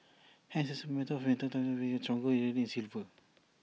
hence IT is A matter of time before we get A stronger rally in silver